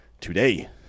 today